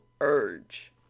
urge